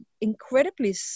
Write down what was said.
incredibly